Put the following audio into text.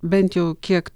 bent jau kiek